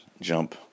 jump